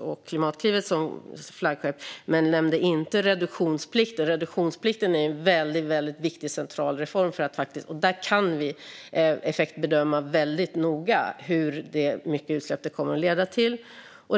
och Klimatklivet som flaggskepp. Hon nämnde dock inte reduktionsplikt. Den är en viktig och central reform. Där kan vi väldigt noga göra en effektbedömning av hur mycket utsläpp det kommer att leda till.